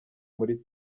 muri